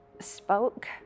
spoke